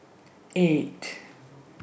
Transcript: eight